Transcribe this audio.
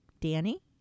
Danny